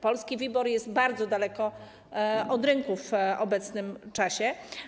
Polski WIBOR jest bardzo daleko od rynków w obecnym czasie.